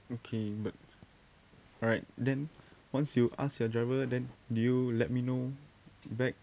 okay but alright then once you ask your driver then do you let me know back